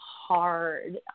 hard